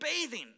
bathing